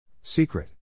Secret